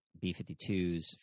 B-52s